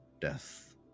death